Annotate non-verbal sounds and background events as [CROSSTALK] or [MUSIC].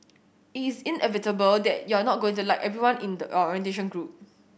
it is inevitable that you're not going to like everyone in the [UNINTELLIGIBLE] in the orientation group